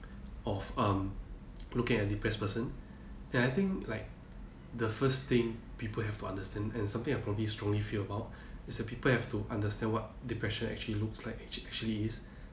of um looking at depressed person and I think like the first thing people have to understand and something I probably strongly feel about is that people have to understand what depression actually looks like actual actually is